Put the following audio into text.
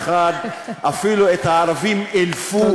ובאופן מטפורי.